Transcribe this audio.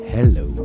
Hello